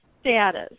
status